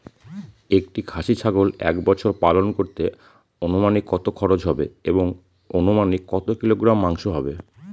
একটি খাসি ছাগল এক বছর পালন করতে অনুমানিক কত খরচ হবে এবং অনুমানিক কত কিলোগ্রাম মাংস হবে?